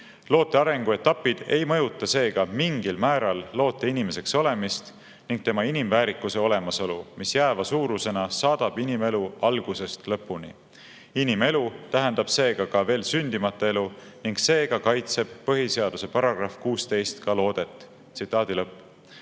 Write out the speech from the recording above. Loote arenguetapid ei mõjuta seega mingil määral loote inimeseks olemist ning tema inimväärikuse olemasolu, mis jääva suurusena saadab inimelu algusest lõpuni. Inimelu tähendab seega ka veel sündimata elu ning seega kaitseb põhiseaduse § 16 ka loodet." Tsitaadi